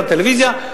את הטלוויזיה,